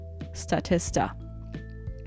Statista